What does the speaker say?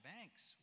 Banks